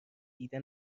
دیده